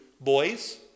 boys